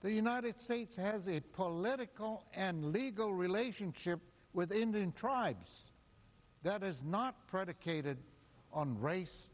the united states has a political and legal relationship with indian tribes that is not predicated on race